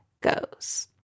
goes